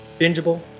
bingeable